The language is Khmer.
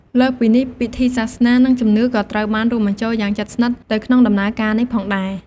លើសពីនេះ ពិធីសាសនា និងជំនឿក៏ត្រូវបានរួមបញ្ចូលគ្នាយ៉ាងជិតស្និទ្ធទៅក្នុងដំណើរការនេះផងដែរ។